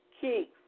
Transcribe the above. key